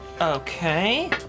Okay